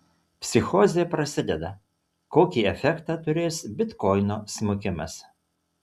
psichozė prasideda kokį efektą turės bitkoino smukimas